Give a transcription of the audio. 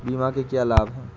बीमा के क्या लाभ हैं?